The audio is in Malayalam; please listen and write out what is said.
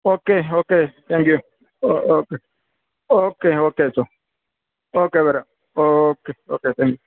okay okay thank you oh okay okay okay അച്ചോ ഓക്കേ വരാം ഓക്കേ ഓക്കേ താങ്ക് യൂ